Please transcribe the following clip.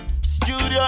Studio